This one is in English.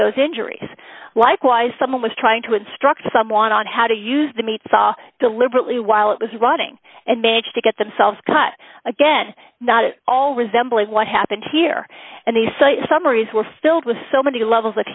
those injuries likewise someone was trying to instruct someone on how to use the meat saw deliberately while it was running and managed to get themselves cut again not at all resembling what happened here and the site summaries were filled with so many levels